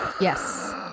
yes